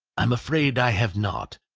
i am afraid i have not.